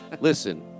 Listen